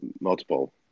multiple